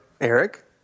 Eric